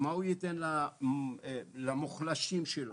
ואנחנו פה עדים להעלאות מחירים כמעט בכל התחומים.